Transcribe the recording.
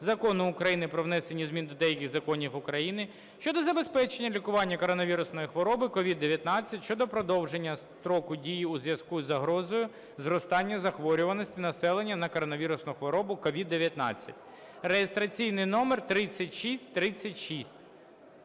Закону України "Про внесення змін до деяких законів України щодо забезпечення лікування коронавірусної хвороби (COVID-19)" (щодо продовження строку дії у зв'язку із загрозою зростання захворюваності населення на коронавірусну хворобу (COVID-19) (реєстраційний номер 3636).